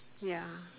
ya